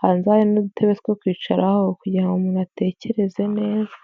hanze hari n'udutebe two kwicaraho kugira ngo umuntu atekereze neza.